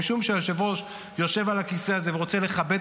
משום שהיושב-ראש יושב על הכיסא הזה ורוצה לכבד